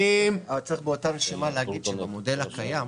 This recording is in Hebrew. צריך באותה נשימה להגיד שעל המודל הקיים,